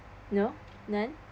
no none